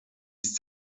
ist